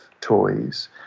toys